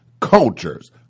cultures